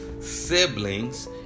siblings